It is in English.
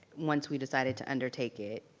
once we decided to undertake it.